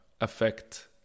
affect